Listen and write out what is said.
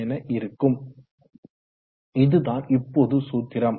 என இருக்கும் இதுதான் இப்போது சூத்திரம்